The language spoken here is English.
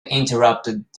interrupted